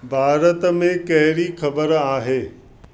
भारत में कहिड़ी ख़बर आहे